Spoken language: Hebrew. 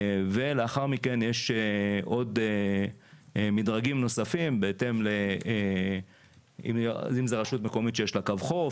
ולאחר מכן יש עוד מדרגים נוספים: אם זה רשות מקומית שיש לה קו חוף,